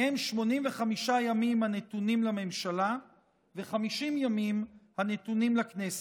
ומהם 85 ימים הנתונים לממשלה ו-50 ימים הנתונים לכנסת.